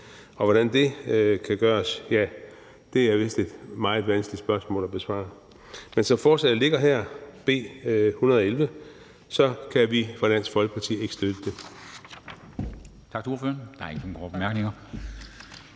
Og hvordan det kan gøres, er vist et meget vanskeligt spørgsmål at besvare. Men som forslaget ligger her, B 111, kan vi fra Dansk Folkepartis side ikke støtte det.